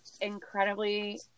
incredibly